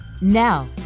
now